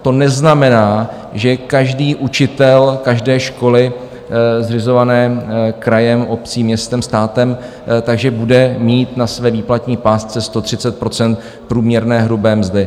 To neznamená, že každý učitel každé školy zřizované krajem, obcí, městem, státem, takže bude mít na své výplatní pásce 130 % průměrné hrubé mzdy.